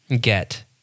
get